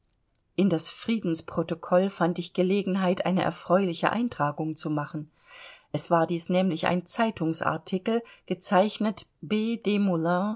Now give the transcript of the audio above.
in das friedensprotokoll fand ich gelegenheit eine erfreuliche eintragung zu machen es war dies nämlich ein zeitungsartikel gezeichnet b